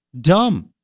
dumb